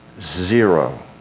zero